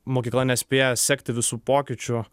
mokykla nespėja sekti visų pokyčių